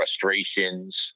frustrations